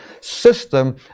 system